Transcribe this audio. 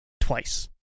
Twice